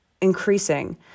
increasing